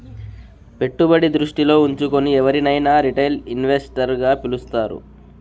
పెట్టుబడి దృష్టిలో ఉంచుకుని ఎవరినైనా రిటైల్ ఇన్వెస్టర్ గా పిలుస్తారు